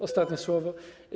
Ostatnie słowo.